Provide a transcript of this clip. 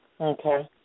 Okay